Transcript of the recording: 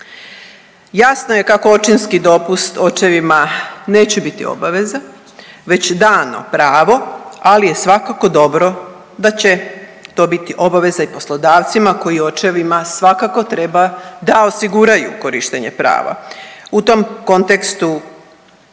Jasno je kako očinski dopust očevima neće biti obaveza već dano pravo, ali je svakako dobro da će to biti i obaveza i poslodavcima koji očevima svakako treba da osiguraju korištenje prava. U tom kontekstu